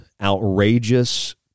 outrageous